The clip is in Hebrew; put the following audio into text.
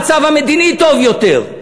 המצב המדיני טוב יותר,